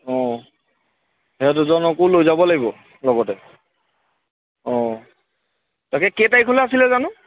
অঁ সিহঁত দুজনকো লৈ যাব লাগিব লগতে অঁ তাকে কেইতাৰিখলৈ আছিলে জানো